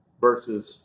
versus